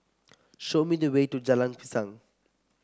show me the way to Jalan Pisang